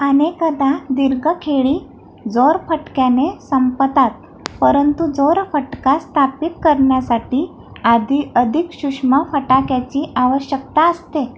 अनेकदा दीर्घ खेळी जोरफटक्याने संपतात परंतु जोरफटका स्थापित करण्यासाठी आधी अधिक सूक्ष्म फटाक्याची आवश्यकता असते